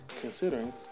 considering